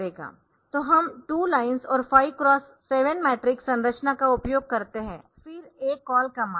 तो हम 2 लाइन्स और 5 क्रॉस 7 मैट्रिक्स संरचना का उपयोग करते है फिर A CALL कॉल कमांड